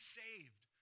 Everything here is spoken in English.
saved